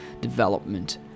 development